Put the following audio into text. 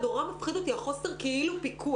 נורא מפחיד אותי חוסר הפיקוח.